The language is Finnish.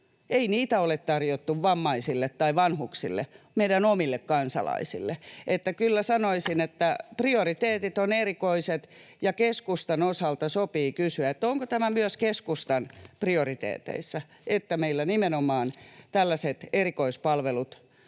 Ei niitä ole tarjottu vammaisille tai vanhuksille, meidän omille kansalaisillemme. Kyllä sanoisin, että prioriteetit ovat erikoiset. Ja keskustan osalta sopii kysyä, onko tämä myös keskustan prioriteeteissä, että meillä nimenomaan tällaiset erikoispalvelut